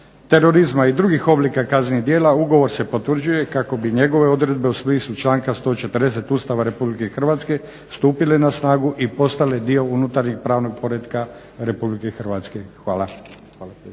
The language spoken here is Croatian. terorizma i drugih oblika kaznenih djela ugovor se potvrđuje kako bi njegove odredbe u smislu članka 140. Ustava Republike Hrvatske stupile na snagu i postale dio unutarnjeg pravnog poretka Republike Hrvatske. Hvala.